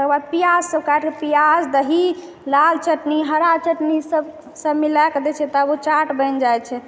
तकर बाद प्याज सब काटिकऽ प्याज दही लाल चटनी हरा चटनी सब सब मिलाकऽ दै छियै तब ओ चाट बनि जाइ छै